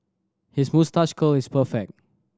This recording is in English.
his moustache curl is perfect